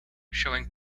showing